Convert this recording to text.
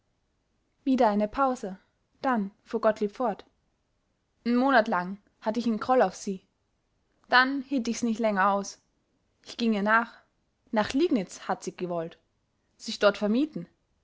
wieder eine pause dann fuhr gottlieb fort n monat lang hatt ich n groll auf sie dann hielt ich's nich länger aus ich ging ihr nach nach liegnitz hatt sie gewollt sich dort vermieten